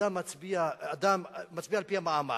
אדם מצביע על-פי המעמד.